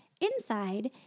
inside